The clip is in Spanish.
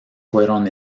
fueron